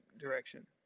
direction